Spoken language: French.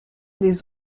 des